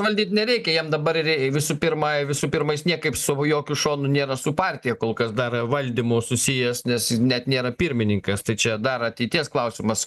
valdyt nereikia jam dabar rei visų pirma visų pirma jis niekaip su jokiu šonu nėra su partija kol kas dar valdymu susijęs nes net nėra pirmininkas tai čia dar ateities klausimas